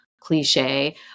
cliche